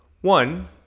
One